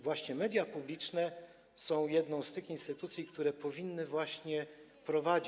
Właśnie media publiczne są jedną z tych instytucji, które powinny to prowadzić.